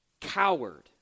coward